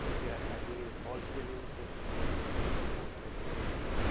we are having the fall selling so sometime the gypsum board that we are using.